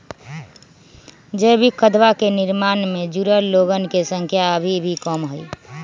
जैविक खदवा के निर्माण से जुड़ल लोगन के संख्या अभी भी कम हई